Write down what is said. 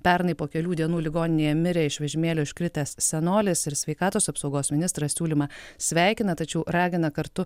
pernai po kelių dienų ligoninėje mirė iš vežimėlio iškritęs senolis ir sveikatos apsaugos ministras siūlymą sveikina tačiau ragina kartu